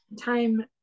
time